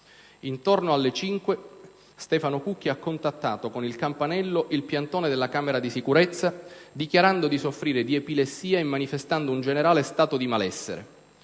Intorno alle ore 5, Stefano Cucchi ha contattato con il campanello il piantone della camera di sicurezza, dichiarando di soffrire di epilessia e manifestando un generale stato di malessere.